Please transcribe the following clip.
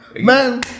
man